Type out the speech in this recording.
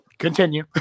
Continue